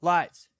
Lights